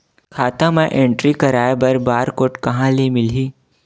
खाता म एंट्री कराय बर बार कोड कहां ले मिलही?